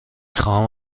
خواهم